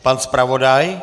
Pan zpravodaj.